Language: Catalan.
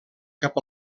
cap